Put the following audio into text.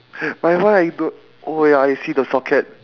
pe~ my one I got got wait ah I see the socket